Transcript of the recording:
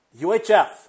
UHF